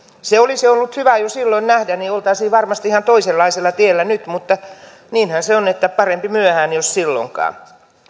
se olisi ollut hyvä jo silloin nähdä niin oltaisiin varmasti ihan toisenlaisella tiellä nyt mutta niinhän se on että parempi myöhään jos silloinkaan